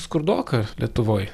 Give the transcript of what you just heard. skurdoka lietuvoj